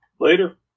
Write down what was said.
Later